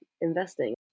investing